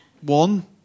One